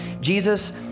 Jesus